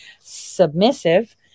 submissive